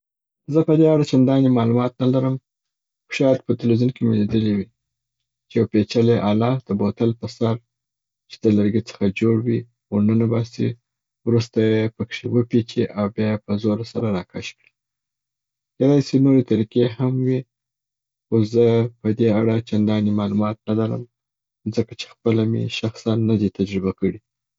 زه په دې اړه چنداني معلومات نه لرم. خو ښاید په ټلویزیون کې مي لیدلي وي چې یو پیچلې اله د بوتل په سر چې د لرګي څخه جوړ وي و ننباسي وروسته یې پکښې و پيچې او بیا یې په زور سره را کش کړي. کیدای سي نورو طریقې یې هم وي خو زه په دې اړه چنداني معلومات نه لرم ځکه چې خپله مي شخصاً نه دي تجربه کړي.